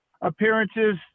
appearances